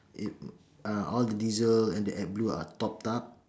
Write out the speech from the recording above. it uh all the diesel and the adblue are topped up